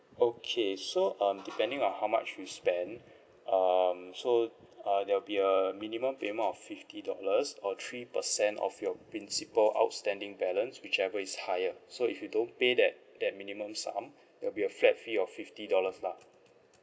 okay so um depending on how much you spend um so uh there'll be a minimum payment or fifty dollars or three per cent of your principal outstanding balance whichever is higher so if you don't pay that that minimum sum there'll be a flat fee of fifty dollars lah